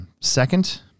second